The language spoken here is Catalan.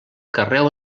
carreu